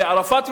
לערפאת,